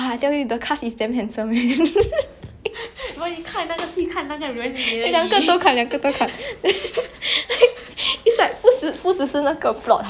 like it's 不只是那个 plot 好 you know but it's like !wah! 你看帅哥你也是养眼 you know like ya you feel good about it ya then